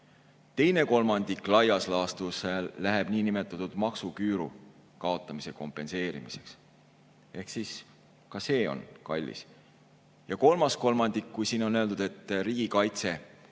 Teine kolmandik laias laastus läheb niinimetatud maksuküüru kaotamise kompenseerimiseks. Ehk siis ka see on kallis. Ja kolmas kolmandik. Siin on öeldud, et riigikaitse